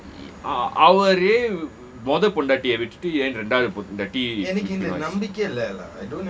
ah our real முதல் பொன்டாடிய வெச்சிட்டு ஏன் ரெனடாவது பொன்டாட்டி:muthal pondaati eh wechittu yean rendaawath podaati